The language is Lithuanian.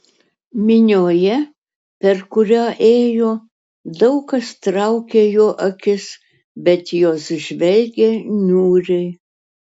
minioje per kurią ėjo daug kas traukė jo akis bet jos žvelgė niūriai